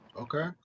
Okay